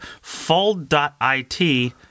fold.it